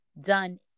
done